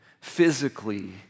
physically